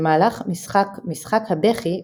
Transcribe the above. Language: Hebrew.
במהלך משחק "משחק הבכי",